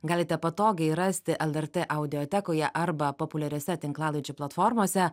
galite patogiai rasti lrt audiotekoje arba populiariose tinklalaidžių platformose